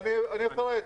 אני אפרט.